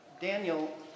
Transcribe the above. Daniel